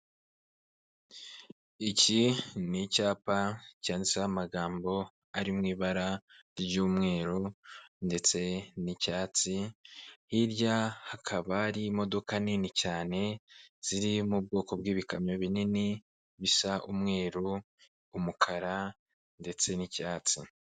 Iki ni icyapa cyanditseho amagambo ari mu ibara ry'umweru ndetse n'icyatsi, hirya hakaba hari imodoka nini cyane ziri mu bwoko bw'ibikamyo binini bisa umweru, umukara, ndetse n'icyatsi.